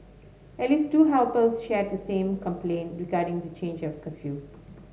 at least two helpers shared the same complaint regarding the change of curfew